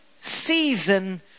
season